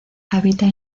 habita